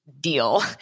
deal